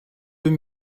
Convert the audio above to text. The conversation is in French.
deux